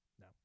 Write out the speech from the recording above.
No